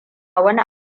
wani